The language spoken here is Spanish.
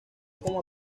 como